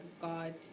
God